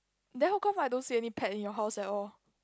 then how come I don't see any pet in your house at all